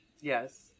Yes